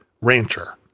rancher